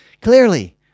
Clearly